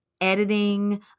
editing